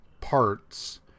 parts